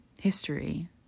history